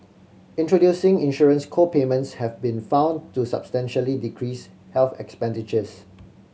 introducing insurance co payments have been found to substantially decrease health expenditures